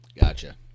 Gotcha